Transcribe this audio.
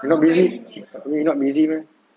not busy you not busy meh